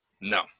No